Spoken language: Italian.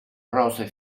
rose